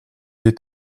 est